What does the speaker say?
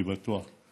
אני בטוח,